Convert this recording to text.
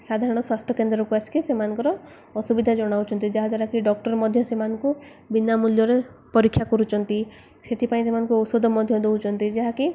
ସାଧାରଣ ସ୍ୱାସ୍ଥ୍ୟ କେନ୍ଦ୍ରକୁ ଆସିକି ସେମାନଙ୍କର ଅସୁବିଧା ଜଣାଉଛନ୍ତି ଯାହାଦ୍ୱାରା କିି ଡକ୍ଟର ମଧ୍ୟ ସେମାନଙ୍କୁ ବିନା ମୂଲ୍ୟରେ ପରୀକ୍ଷା କରୁଛନ୍ତି ସେଥିପାଇଁ ସେମାନଙ୍କୁ ଔଷଧ ମଧ୍ୟ ଦଉଛନ୍ତି ଯାହାକି